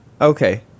Okay